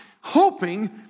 hoping